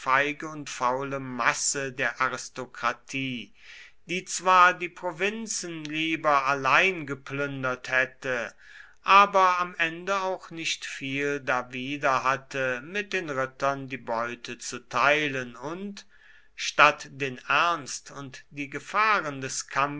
und faule masse der aristokratie die zwar die provinzen lieber allein geplündert hätte aber am ende auch nicht viel dawider hatte mit den rittern die beute zu teilen und statt den ernst und die gefahren des